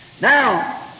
Now